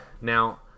Now